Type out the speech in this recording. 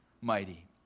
mighty